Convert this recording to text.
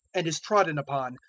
and is trodden upon,